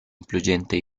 influyente